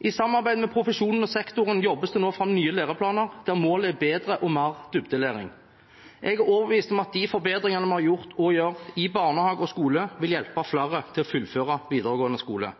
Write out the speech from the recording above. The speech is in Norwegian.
I samarbeid med profesjonen og sektoren jobbes det nå fram nye læreplaner, der målet er bedre læring og mer dybdelæring. Jeg er overbevist om at de forbedringene vi har gjort og gjør i barnehage og skole, vil hjelpe flere til å fullføre videregående skole.